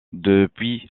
depuis